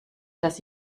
dass